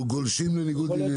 אנחנו גולשים לניגוד עניינים.